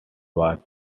war